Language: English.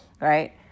right